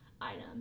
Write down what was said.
item